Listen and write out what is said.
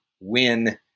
win